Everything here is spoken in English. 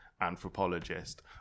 anthropologist